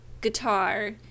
guitar